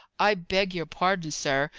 i beg your pardon, sir,